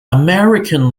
american